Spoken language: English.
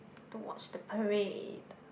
to watch the parade